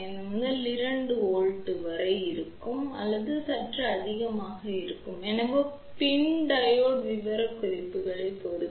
5 முதல் 2 வோல்ட் வரை அல்லது சற்று அதிகமாக இருக்கும் எனவே பின் டையோடு விவரக்குறிப்பைப் பொறுத்து